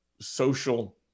social